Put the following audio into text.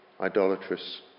idolatrous